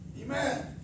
Amen